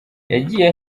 yagiye